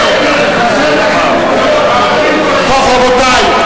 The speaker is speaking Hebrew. חסרים לכם קולות, רבותי.